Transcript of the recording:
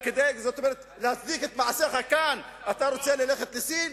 כדי להצדיק את מעשיך כאן, אתה רוצה ללכת לסין?